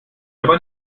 aber